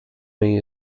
may